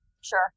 Sure